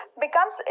becomes